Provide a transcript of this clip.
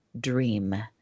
dream